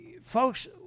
folks